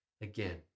again